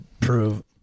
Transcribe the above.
prove